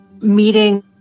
meeting